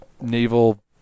naval